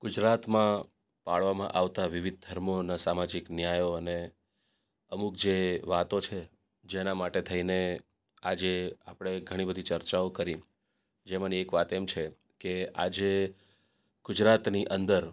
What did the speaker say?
ગુજરાતમાં પાળવામાં આવતા વિવિધ ધર્મો અને સામાજીક ન્યાયો અને અમુક જે વાતો છે જેના માટે થઈને આજે આપણે ઘણી બધી ચર્ચાઓ કરી જેમાંની એક વાત એમ છે કે આજે ગુજરાતની અંદર